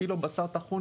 קילו בשר טחון,